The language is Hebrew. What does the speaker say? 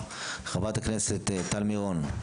חברת הכנסת שלי טל מירון הצטרפה אלינו,